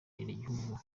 igihugu